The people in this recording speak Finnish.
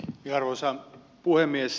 arvoisa puhemies